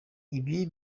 ibi